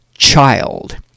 Child